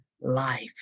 life